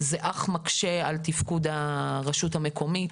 זה מקשה על תפקוד הרשות המקומית.